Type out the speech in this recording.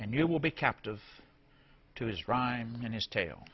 and you will be captive to his rhyme and his ta